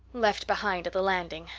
left behind at the landing!